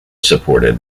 supported